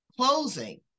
closing